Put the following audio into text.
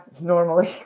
normally